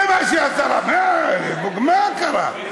זה מה שהשרה, מה קרה?